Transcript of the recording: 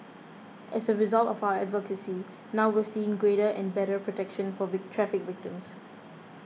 as a result of our advocacy now we're seeing greater and better protection for traffic victims